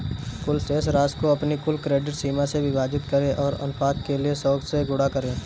कुल शेष राशि को अपनी कुल क्रेडिट सीमा से विभाजित करें और अनुपात के लिए सौ से गुणा करें